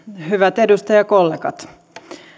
hyvät edustajakollegat